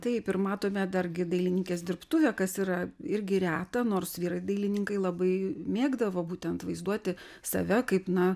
taip ir matome dargi dailininkės dirbtuvė kas yra irgi reta nors vyrai dailininkai labai mėgdavo būtent vaizduoti save kaip na